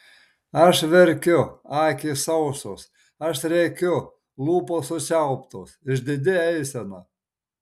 aš verkiu akys sausos aš rėkiu lūpos sučiauptos išdidi eisena